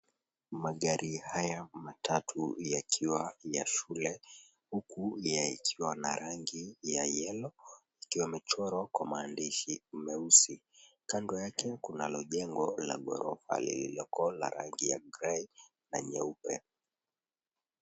Magari haya matatu yakiwa ya shule huku yakiwa na rangi ya {cs}yellow{cs} yakiwa yamechorwa kwa maandishi meusi kando yake, kunalo jengo la ghorofa lililoko na rangi ya {cs}gray{cs} na nyeupe.